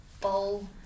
bowl